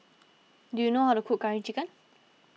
do you know how to cook Curry Chicken